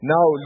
Now